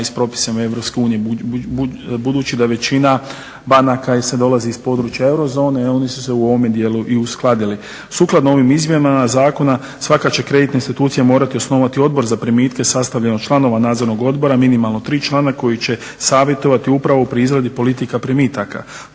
iz propisa EU, budući da većina banaka i sad dolazi iz područje euro zone, e oni su se u ovom dijelu i uskladili. Sukladno ovim izmjenama zakona svaka će kreditna institucija morati osnovati odbor za primitke, sastavljen od članova nadzornog odbora, minimalno tri člana koji će savjetovati upravo pri izradi politika primitaka.